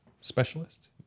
specialist